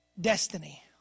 destiny